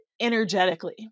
energetically